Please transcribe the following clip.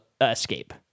escape